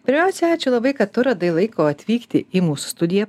pirmiausia ačiū labai kad tu radai laiko atvykti į mūsų studija